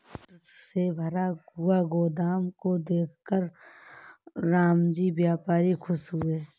goods से भरा हुआ गोदाम को देखकर रामजी व्यापारी खुश हुए